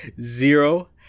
zero